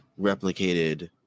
replicated